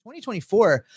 2024